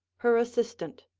her assistant,